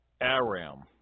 Aram